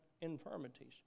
infirmities